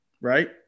right